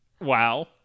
Wow